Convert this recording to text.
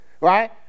right